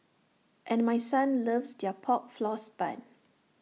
and my son loves their Pork Floss Bun